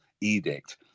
edict